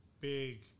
big